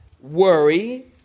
worry